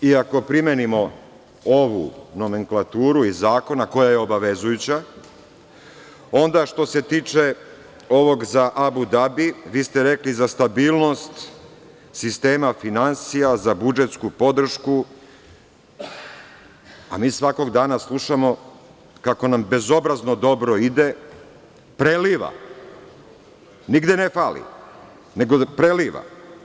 Ako primenimo ovu nomenklaturu iz zakona, koja je obavezujuća, onda što se tiče ovog za Abu Dabi, vi ste rekli za stabilnost sistema finansija za budžetsku podršku, a mi svakog dana slušamo kako nam bezobrazno dobro ide, preliva, nigde ne fali, nego preliva.